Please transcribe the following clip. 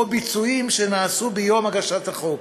או ביצועים שנעשו ביום הגשת הצעת החוק,